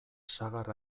sagar